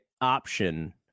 option